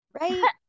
right